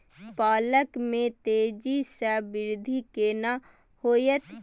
पालक में तेजी स वृद्धि केना होयत?